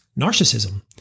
narcissism